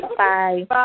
bye